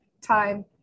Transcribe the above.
time